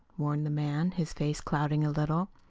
warned the man, his face clouding a little.